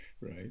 right